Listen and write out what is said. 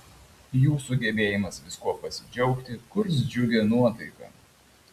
jūsų gebėjimas viskuo pasidžiaugti kurs džiugią nuotaiką